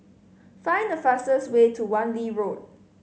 find the fastest way to Wan Lee Road